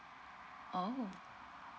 oh